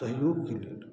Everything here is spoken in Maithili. सहयोगके लेल